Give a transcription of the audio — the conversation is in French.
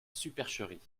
supercherie